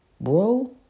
Bro